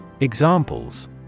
Examples